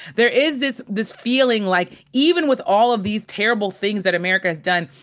there is this this feeling like, even with all of these terrible things that america has done,